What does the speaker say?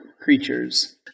creatures